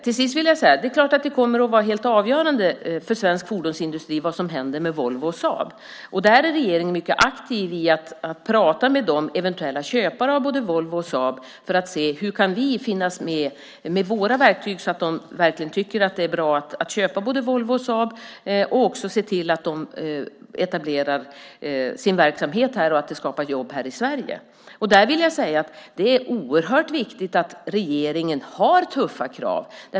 Till sist vill jag säga att det är klart att det kommer att vara helt avgörande för svensk fordonsindustri vad som händer med Volvo och Saab. Där är regeringen mycket aktiv och pratar med eventuella köpare av både Volvo och Saab för att se hur vi med våra verktyg kan finnas med så att de verkligen tycker att det är bra att köpa både Volvo och Saab och etablerar sin verksamhet här och ser till att det skapas jobb här i Sverige. Det är oerhört viktigt att regeringen har tuffa krav.